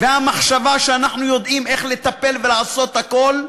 והמחשבה שאנחנו יודעים איך לטפל ולעשות את הכול,